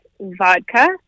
vodka